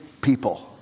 people